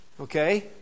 Okay